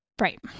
Right